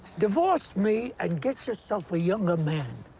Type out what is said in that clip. divorce me and get yourself a younger man.